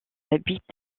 habite